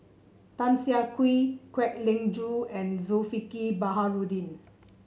Tan Siah Kwee Kwek Leng Joo and Zulkifli Baharudin